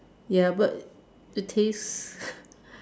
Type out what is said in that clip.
ya but the taste